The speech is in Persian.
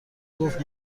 گفت